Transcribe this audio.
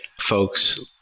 folks